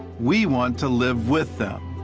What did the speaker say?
we want to live with them.